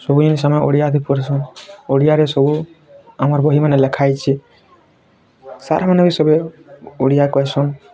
ସବୁ ଜିନିଷ ଆମେ ଓଡ଼ିଆ ଆଦି ପଢ଼ୁଛୁ ଓଡ଼ିଆରେ ସବୁ ଆମର ବହିମାନ ଲେଖା ହେଇଛି ସାର୍ ମାନେ ସବେ ଓଡ଼ିଆ କହିସନ୍